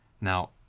Now